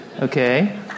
Okay